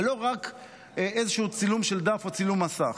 ולא רק איזשהו צילום של דף או צילום מסך.